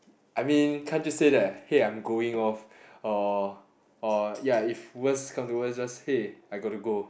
I mean can't you say that hey I'm going off or or ya if worse come to worse just hey I got to go